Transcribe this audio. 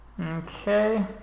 Okay